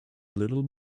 little